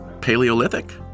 Paleolithic